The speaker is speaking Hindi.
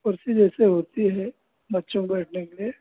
कुर्सी जैसे होती है बच्चों को बैठने के लिए